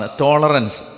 tolerance